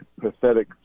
pathetic